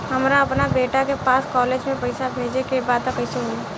हमरा अपना बेटा के पास कॉलेज में पइसा बेजे के बा त कइसे होई?